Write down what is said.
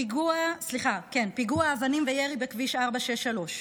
פיגוע אבנים וירי בכביש 463,